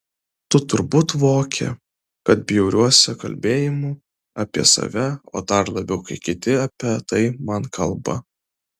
tu turbūt voki kad bjauriuosi kalbėjimu apie save o dar labiau kai kiti apie tai man kalba